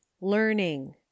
learning